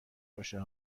باشه